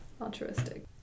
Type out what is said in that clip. altruistic